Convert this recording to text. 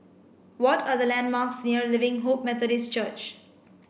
what are the landmarks near Living Hope Methodist Church